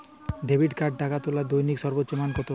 Debit কার্ডে টাকা তোলার দৈনিক সর্বোচ্চ মান কতো?